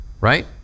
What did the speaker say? right